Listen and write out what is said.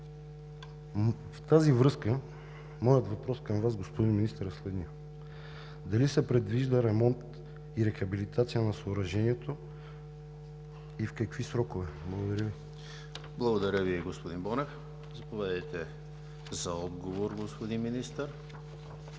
В тази връзка моят въпрос към Вас, господин Министър, е следният: дали се предвижда ремонт и рехабилитация на съоръжението и в какви срокове? Благодаря Ви. ПРЕДСЕДАТЕЛ ЕМИЛ ХРИСТОВ: Благодаря Ви, господин Бонев. Заповядайте за отговор, господин Министър,